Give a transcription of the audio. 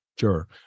Sure